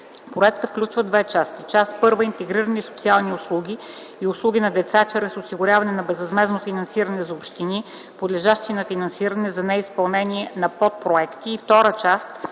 Проектът включва две части: част първа – интегрирани социални услуги и услуги на деца, чрез осигуряване на безвъзмездно финансиране за общини, подлежащи на финансиране, за изпълнение на под-проекти